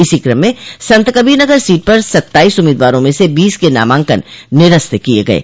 इसी क्रम में संतकबीर नगर सीट पर सत्ताईस उम्मीदवारों में से बीस के नामांकन निरस्त किये गये